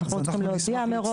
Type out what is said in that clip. אנחנו לא צריך להודיע מראש,